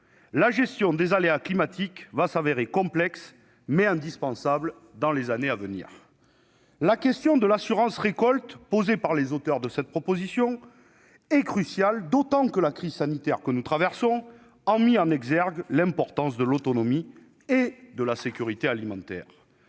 La gestion des aléas climatiques va s'avérer complexe, mais indispensable dans les années à venir. La question de l'assurance récolte posée par les auteurs de cette proposition de résolution est cruciale, d'autant que la crise sanitaire que nous traversons a mis en évidence l'importance de l'autonomie et de la sécurité alimentaires.